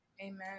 Amen